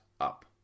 up